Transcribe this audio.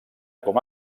com